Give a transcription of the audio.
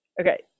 okay